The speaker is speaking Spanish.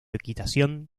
equitación